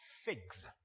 figs